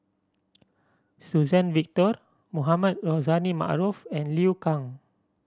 Suzann Victor Mohamed Rozani Maarof and Liu Kang